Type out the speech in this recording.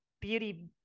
beauty